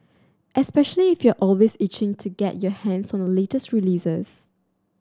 especially if you're always itching to get your hands on the latest releases